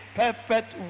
perfect